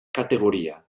categoría